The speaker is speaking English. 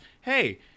hey